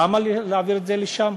למה להעביר את זה לשם?